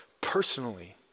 personally